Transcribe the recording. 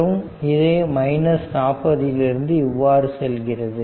மற்றும் இது 40 இதிலிருந்து இவ்வாறு செல்கிறது